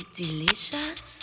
delicious